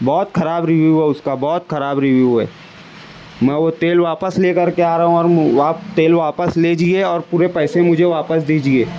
بہت خراب ریویو ہے اس کا بہت خراب ریویو ہے میں وہ تیل واپس لے کر کے آ رہا ہوں آپ تیل واپس لیجیے اور پورے پیسے مجھے واپس دیجیے